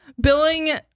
Billing